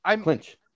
clinch